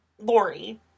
Lori